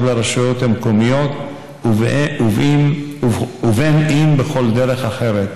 לרשויות המקומיות ובין שבכל דרך אחרת.